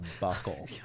buckle